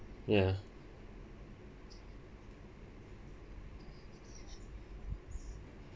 ya